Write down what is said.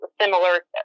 similar